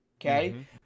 Okay